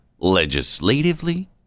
legislatively